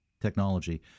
technology